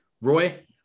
Roy